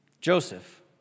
Joseph